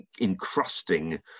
encrusting